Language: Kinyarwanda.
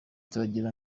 turagira